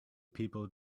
people